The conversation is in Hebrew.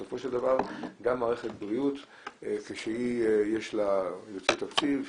בסופו של דבר גם מערכת בריאות שיש לה אילוצי תקציב,